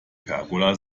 pergola